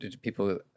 people